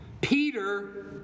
Peter